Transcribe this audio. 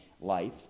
life